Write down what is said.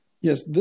yes